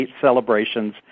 celebrations